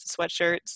sweatshirts